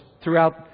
throughout